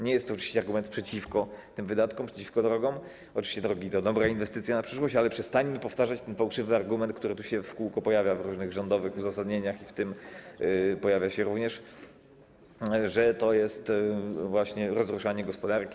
Nie jest to oczywiście argument przeciwko tym wydatkom, przeciwko drogom, oczywiście drogi to dobre inwestycje na przyszłość, ale przestańmy powtarzać ten fałszywy argument, który tu się w kółko pojawia w różnych rządowych uzasadnieniach, w tym pojawia się również, że to jest rozruszanie gospodarki.